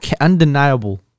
undeniable